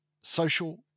social